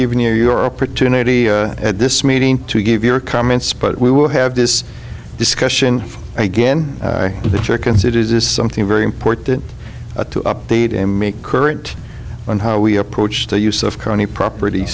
giving you your opportunity at this meeting to give your comments but we will have this discussion again i consider this something very important to update and make current on how we approach the use of crony property